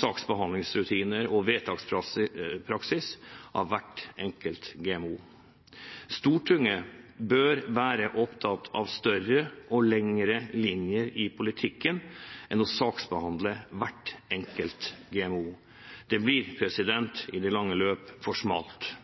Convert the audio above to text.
saksbehandlingsrutiner og vedtakspraksis av hver enkelt GMO. Stortinget bør være opptatt av større og lengre linjer i politikken enn av å saksbehandle hver enkelt GMO. Det blir i det lange løp for smalt.